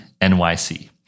NYC